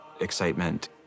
excitement